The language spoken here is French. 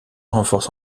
renforce